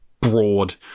broad